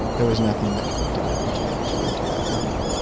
there was nothing that could be done to to really do that, i mean,